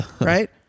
Right